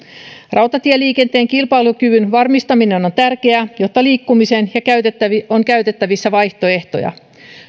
rautatieliikenteen kilpailukyvyn varmistaminen on tärkeää jotta liikkumiseen on käytettävissä vaihtoehtoja